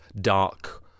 dark